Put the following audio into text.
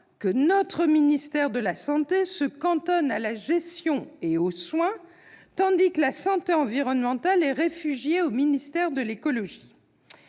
que le ministère de la santé se cantonne à la gestion et aux soins, tandis que la santé environnementale a trouvé refuge au ministère de l'écologie.